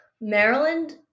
Maryland